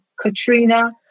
Katrina